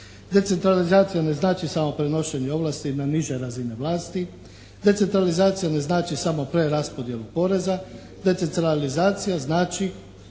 Decentralizacija ne znači samo prenošenje ovlasti na niže razine vlasti, decentralizacije ne znači samo preraspodjelu poreza. Decentralizacija znači